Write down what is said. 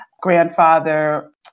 grandfather